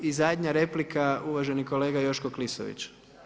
I zadnja replika uvaženi kolega Joško Klisović.